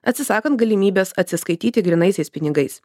atsisakant galimybės atsiskaityti grynaisiais pinigais